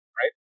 right